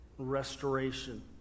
restoration